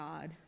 God